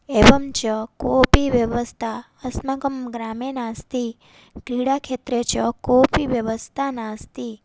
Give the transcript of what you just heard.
एवं च कापि व्यवस्था अस्माकं ग्रामे नास्ति क्रीडाक्षेत्रे च कापि व्यवस्था नास्ति